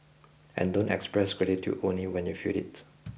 and don't express gratitude only when you feel it